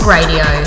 Radio